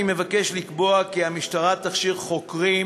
אני מבקש לקבוע כי המשטרה תכשיר חוקרים,